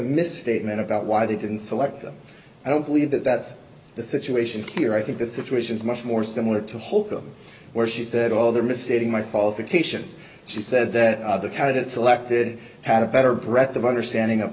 a misstatement about why they didn't select them i don't believe that that's the situation here i think the situation is much more similar to holcombe where she said all their misstating my qualifications she said that other candidates selected had a better breadth of understanding of